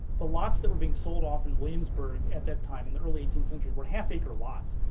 the lots that were being sold off in williamsburg at that time in the early eighteenth century were half-acre lots.